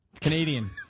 Canadian